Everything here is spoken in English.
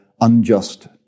unjust